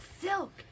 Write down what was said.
silk